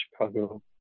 Chicago